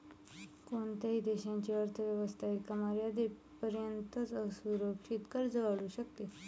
कोणत्याही देशाची अर्थ व्यवस्था एका मर्यादेपर्यंतच असुरक्षित कर्ज वाढवू शकते